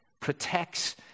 protects